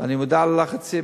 ואני מודע ללחצים,